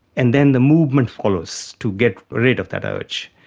and then the movement follows, to get rid of that urge.